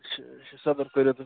اچھا اچھا صبر کٔرو تُہۍ